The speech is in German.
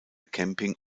camping